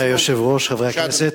אדוני היושב-ראש, חברי הכנסת,